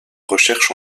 recherche